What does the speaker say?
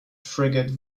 frigate